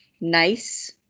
nice